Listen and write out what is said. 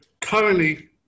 currently